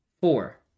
Four